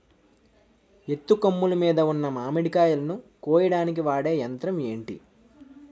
ఎత్తు కొమ్మలు మీద ఉన్న మామిడికాయలును కోయడానికి వాడే యంత్రం ఎంటి?